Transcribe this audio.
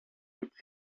which